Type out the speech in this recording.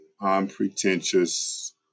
unpretentious